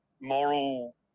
moral